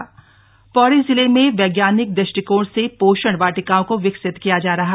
पोषण वाटिका पौड़ी जिले में वैज्ञानिक दृष्टिकोण से पोषण वाटिकाओं को विकसित किया जा रहा